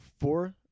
four